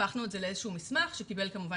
הפכנו את זה לאיזה שהוא מסמך שקיבל כמובן